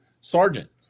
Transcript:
sergeant